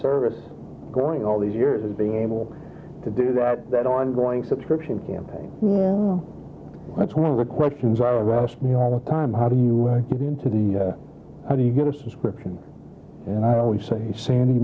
service going all these years of being able to do that that ongoing subscription campaign that's one of the questions are asked me all the time how do you get into the how do you get a subscription and i always sa